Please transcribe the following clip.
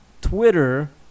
Twitter